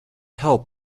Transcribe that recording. help